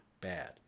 bad